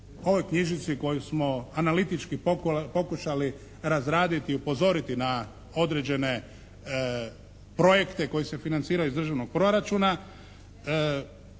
ovoj knjižici koju smo analitički pokušali razraditi i upozoriti na određene projekte koji se financiraju iz državnog proračuna,